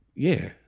yeah,